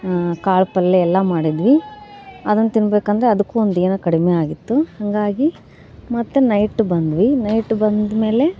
ಕಾಳು ಪಲ್ಯ ಎಲ್ಲ ಮಾಡಿದ್ವಿ ಅದನ್ನ ತಿನ್ನಬೇಕಂದ್ರೆ ಅದಕ್ಕೂ ಒಂದು ಏನು ಕಡಿಮೆ ಆಗಿತ್ತು ಹಾಗಾಗಿ ಮತ್ತು ನೈಟ್ ಬಂದ್ವಿ ನೈಟ್ ಬಂದ ಮೇಲೆ